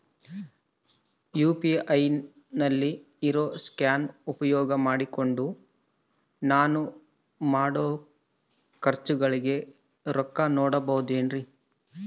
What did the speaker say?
UPI ನಲ್ಲಿ ಇರೋ scan ಉಪಯೋಗ ಮಾಡಿಕೊಂಡು ನಾನು ಮಾಡೋ ಖರ್ಚುಗಳಿಗೆ ರೊಕ್ಕ ನೇಡಬಹುದೇನ್ರಿ?